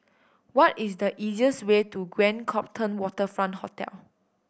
what is the easiest way to Grand Copthorne Waterfront Hotel